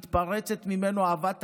מתפרצת ממנו אהבת הארץ.